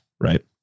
right